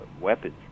weapons